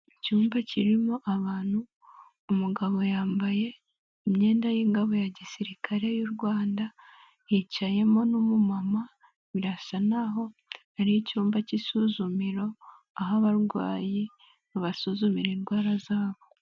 Icyumba kirimo abantu, umugabo yambaye imyenda y'ingabo ya gisirikare y'u Rwanda, hicayemo n'umumama, birasa n'aho ari icyumba k'isuzumiro aho abarwayi babasuzumira indwara zabo.